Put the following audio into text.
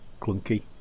clunky